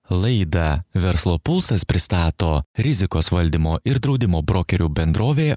laidą verslo pulsas pristato rizikos valdymo ir draudimo brokerių bendrovė